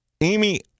Amy